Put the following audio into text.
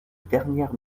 dernière